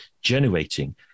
generating